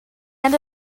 end